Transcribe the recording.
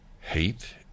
hate